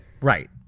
Right